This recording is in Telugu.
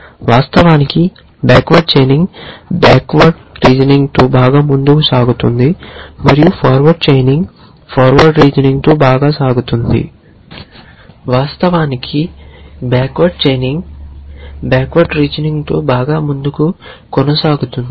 వాస్తవానికి బ్యాక్వర్డ్ చైనింగ్ బ్యాక్వర్డ్ రీజనింగ్తో బాగా ముందుకు కొనసాగుతుంది మరియు ఫార్వర్డ్ చైనింగ్ ఫార్వర్డ్ రీజనింగ్తో బాగా కొనసాగుతుంది